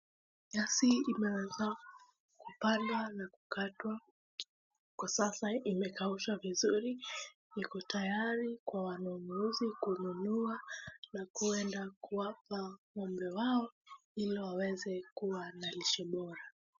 Nyasi imeweza kupandwa na kukatwa kwa sasa imekaushwa vizuri. Iko tayari kwa wanunuzi kununua na kwenda kuwapa ng'ombe wao ili waweze kuwa na lishe bora.